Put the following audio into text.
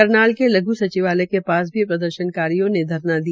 करनाल के लघ् सचिवालय के पास प्रदर्शनकारियो ने धरना दिया